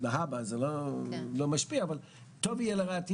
להבא זה לא משפיע אבל טוב יהיה לדעת,